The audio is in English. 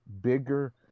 bigger